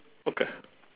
okay